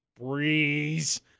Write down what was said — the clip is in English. breeze